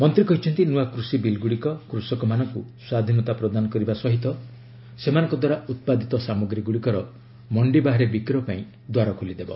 ମନ୍ତ୍ରୀ କହିଛନ୍ତି ନୂଆ କୃଷି ବିଲ୍ଗୁଡ଼ିକ କୃଷକମାନଙ୍କୁ ସ୍ୱାଧୀନତା ପ୍ରଦାନ କରିବା ସଙ୍ଗେ ସଙ୍ଗେ ସେମାନଙ୍କ ଦ୍ୱାରା ଉତ୍ପାଦିତ ସାମଗ୍ରୀ ଗୁଡ଼ିକର ମଣ୍ଡି ବାହାରେ ବିକ୍ରୟ ପାଇଁ ଦ୍ୱାର ଖୋଲିଦେବ